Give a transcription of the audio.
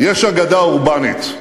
יש אגדה אורבנית.